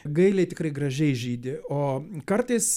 gailiai tikrai gražiai žydi o kartais